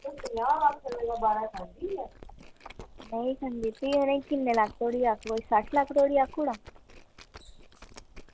ते भी किन्ने लक्ख धोड़ी आक्खां सट्ठ लक्ख धोड़ी आक्खी ओड़ां